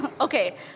okay